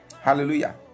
Hallelujah